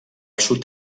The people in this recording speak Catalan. sud